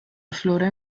aflora